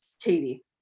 Katie